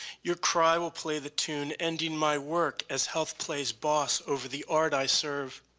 your cry will play the tune ending my work as health plays boss over the art i serve.